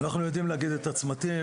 אנחנו יודעים להגיד את הצמתים,